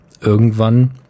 irgendwann